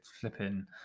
flipping